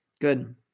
Good